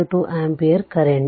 2 ampere current